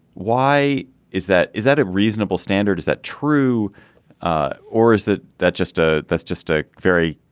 why is that. is that a reasonable standard is that true ah or is that that just a that's just a very